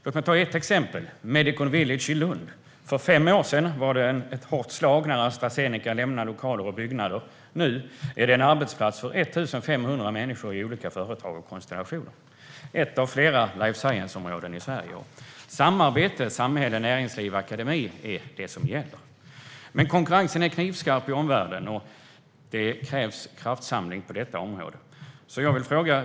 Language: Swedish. Låt mig ge ett exempel: Medicon Village i Lund. För fem år sedan var det ett hårt slag när Astra Zeneca lämnade lokaler och byggnader. Nu är det en arbetsplats för 1 500 människor i olika företag och konstellationer. Det är ett av flera life science-områden i Sverige. Samarbetet samhälle-näringsliv-akademi är det som gäller. Men konkurrensen är knivskarp i omvärlden, och det krävs en kraftsamling på området.